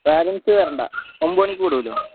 parents വേണ്ട ഒമ്പത് മണിക്ക് വിടുമല്ലോ